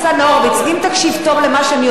אם תקשיב טוב למה שאני אומרת,